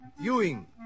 Ewing